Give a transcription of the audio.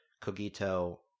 cogito